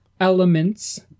elements